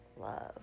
love